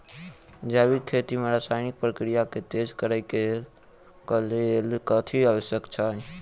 जैविक खेती मे रासायनिक प्रक्रिया केँ तेज करै केँ कऽ लेल कथी आवश्यक छै?